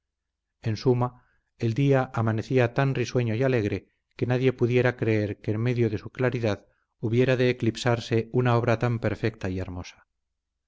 en suma el día amanecía tan risueño y alegre que nadie pudiera creer que en medio de su claridad hubiera de eclipsarse una obra tan perfecta y hermosa